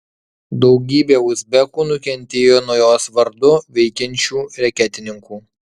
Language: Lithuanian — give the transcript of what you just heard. daugybė uzbekų nukentėjo nuo jos vardu veikiančių reketininkų